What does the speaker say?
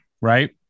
right